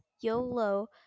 YOLO